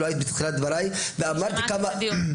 את לא היית בתחילת דבריי --- אני שמעתי את הדיון.